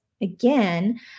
again